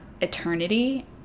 eternity